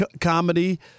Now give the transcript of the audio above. comedy